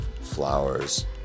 flowers